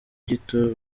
gito